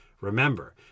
remember